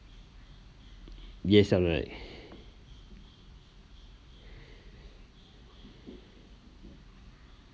yes you're right